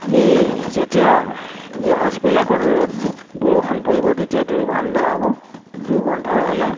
এই যেতিয়া এই হস্পিটেলবিলাকত ৰ'দ বৰষুণ পৰিব তেতিয়া দুৰ্গন্ধ হ'ব দুৰ্গন্ধ হ'লে